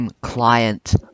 client